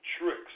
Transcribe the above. tricks